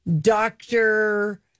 doctor